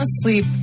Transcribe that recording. asleep